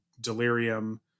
Delirium